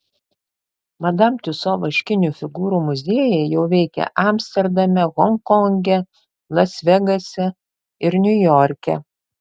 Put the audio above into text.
madam tiuso vaškinių figūrų muziejai jau veikia amsterdame honkonge las vegase ir niujorke